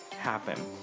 happen